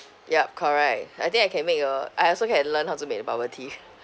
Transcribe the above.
yup correct I think I can make a I also can learn how to make the bubble tea